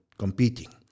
competing